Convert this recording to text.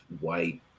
white